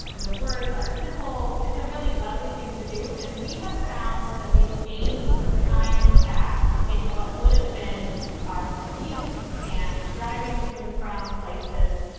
the words are simple it's a really lovely thing to do. and we have found that we have gained some time back in what would have been our commutes and driving to and from places.